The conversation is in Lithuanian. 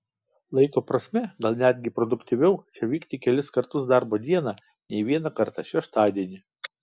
laiko prasme gal netgi produktyviau čia vykti kelis kartus darbo dieną nei vieną kartą šeštadienį